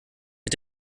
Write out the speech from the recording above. mit